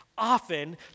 Often